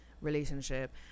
relationship